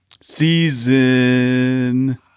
Season